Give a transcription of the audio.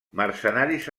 mercenaris